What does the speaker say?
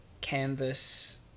canvas